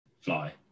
Fly